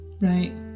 Right